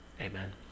amen